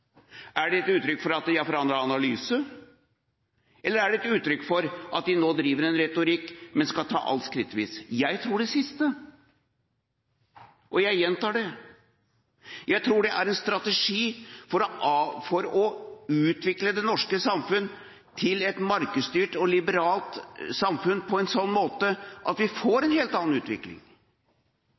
Er det et uttrykk for at de har forandret analyse, eller er det et uttrykk for at de nå driver en retorikk, men skal ta alt skrittvis? Jeg tror det siste, og jeg gjentar det. Jeg tror det er en strategi for å utvikle det norske samfunn til et markedsstyrt og liberalt samfunn på en sånn måte at vi får en helt annen utvikling.